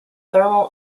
thermal